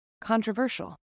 controversial